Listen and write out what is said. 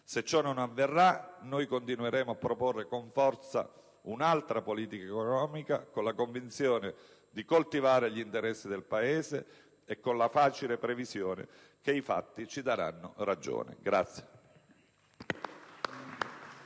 Se ciò non avverrà, noi continueremo a proporre con forza un'altra politica economica, con la convinzione di coltivare gli interessi del Paese e con la facile previsione che i fatti ci daranno ragione.